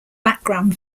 background